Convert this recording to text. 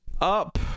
up